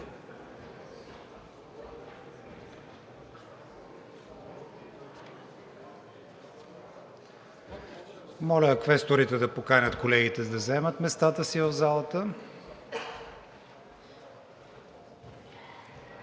Моля квесторите да поканят колегите да заемат местата си в залата